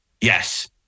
yes